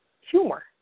humor